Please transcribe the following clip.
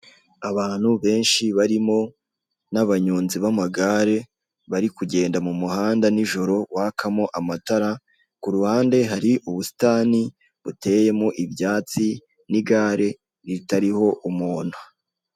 Abantu benshi, barimo n'abanyonzi b'amagare, bari kugenda mu muhanda nijoro, wakamo amatara, ku ruhande hari ubusitani buteyemo ibyatsi, n'igare ritariho umuntu.